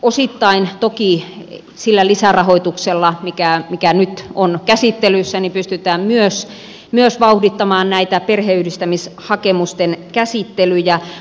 osittain toki sillä lisärahoituksella mikä nyt on käsittelyssä pystytään myös vauhdittamaan näitä perheenyhdistämishakemusten käsittelyjä